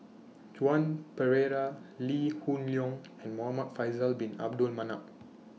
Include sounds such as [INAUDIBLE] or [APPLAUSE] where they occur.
[NOISE] Joan Pereira Lee Hoon Leong and Muhamad Faisal Bin Abdul Manap